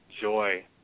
joy